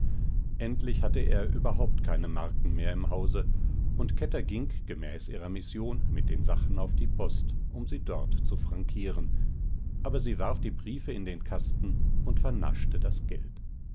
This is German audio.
endlich hatte er überhaupt keine marken mehr im hause und kätter ging gemäß ihrer mission mit den sachen auf die post um sie dort zu frankieren aber sie warf die briefe in den kasten und vernaschte das geld